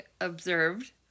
observed